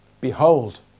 behold